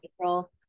april